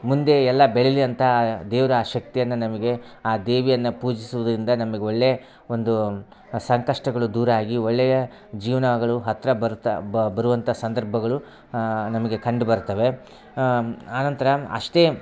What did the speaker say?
ಮುಂದೆ ಎಲ್ಲ ಬೆಳೀಲಿ ಅಂತ ದೇವ್ರು ಆ ಶಕ್ತಿಯನ್ನ ನಮಗೆ ಆ ದೇವಿಯನ್ನ ಪೂಜ್ಸುದಿಂದ ನಮಗೆ ಒಳ್ಳೆಯ ಒಂದು ಸಂಕಷ್ಟಗಳು ದೂರ ಆಗಿ ಒಳ್ಳೆಯ ಜೀವನಗಳು ಹತ್ತಿರ ಬರ್ತಾ ಬರುವಂಥ ಸಂದರ್ಭಗಳು ನಮಗೆ ಕಂಡು ಬರ್ತವೆ ಆನಂತರ ಅಷ್ಟೇ